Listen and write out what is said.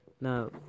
Now